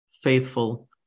faithful